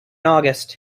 august